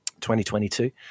2022